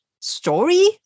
story